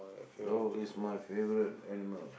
dog is my favourite animal